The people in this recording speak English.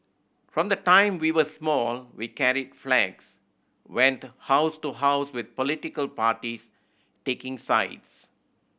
from the time we were small we carried flags went house to house with political parties taking sides